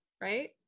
right